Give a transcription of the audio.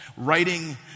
writing